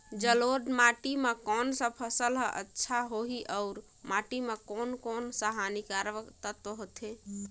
जलोढ़ माटी मां कोन सा फसल ह अच्छा होथे अउर माटी म कोन कोन स हानिकारक तत्व होथे?